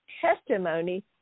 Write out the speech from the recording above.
testimony